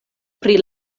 pri